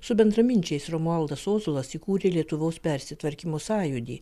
su bendraminčiais romualdas ozolas įkūrė lietuvos persitvarkymo sąjūdį